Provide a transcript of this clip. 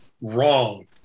wrong